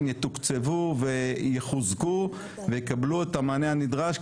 יתוקצבו ויחוזקו ויקבלו את המענה הנדרש.